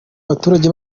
baturage